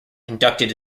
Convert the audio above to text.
conducted